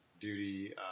duty